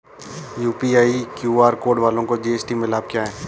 UPI QR code वालों को GST में लाभ क्या है?